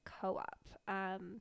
co-op